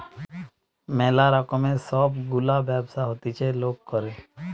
ম্যালা রকমের সব গুলা ব্যবসা হতিছে লোক করে